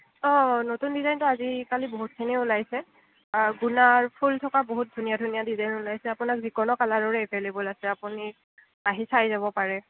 অঁ নতুন ডিজাইনতো আজিকালি বহুতখিনিয়ে ওলাইছে গুণাৰ ফুল থকা বহুত ধুনীয়া ধুনীয়া ডিজাইন ওলাইছে আপোনাক যিকোনো কালাৰৰে এভেইলেবল আছে আপুনি আহি চাই যাব পাৰে